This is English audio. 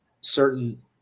certain